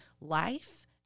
life